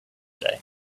day